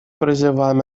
призываем